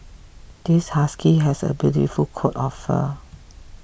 this husky has a beautiful coat of fur